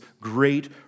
great